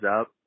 up